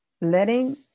letting